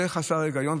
זה חסר היגיון.